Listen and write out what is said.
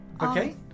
Okay